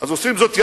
אז עושים זאת יחד,